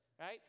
Right